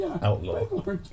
Outlaw